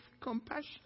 compassion